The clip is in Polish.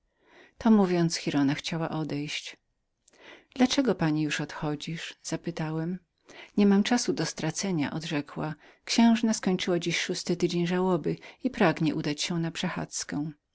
to mówiąc giralda chciała odejść dla czegoż pani już wychodzisz zapytałem nie mam czasu do stracenia odrzekła księżna skończyła dziś szósty tydzień żałoby i pragnie udać się na przechadzkę